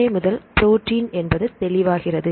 ஏ முதல் புரோட்டின் என்பது தெளிவாகிறது